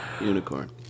Unicorn